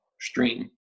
stream